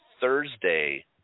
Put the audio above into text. Thursday